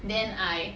then I